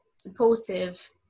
supportive